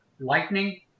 Lightning